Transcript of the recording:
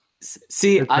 see